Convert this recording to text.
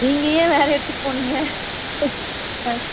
நீங்கள் ஏன் வேற இடத்துக்கு போனீங்க